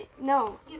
no